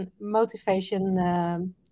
motivation